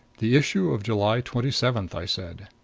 the issue of july twenty-seventh, i said.